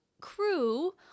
crew